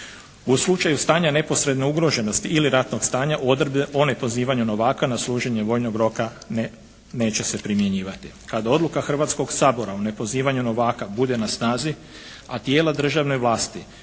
U slučaju stanja neposredne ugroženosti ili ratnog stanja o nepozivanju novaka na služenje vojnog roka neće se primjenjivati. Kada odluka Hrvatskoga sabora o nepozivanju novaka bude na snazi, a tijela državne vlasti